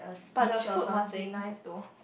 but the food must be nice though